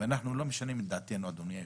אנחנו לא משנים את דעתנו, אדוני היושב-ראש.